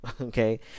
okay